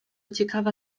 ciekawa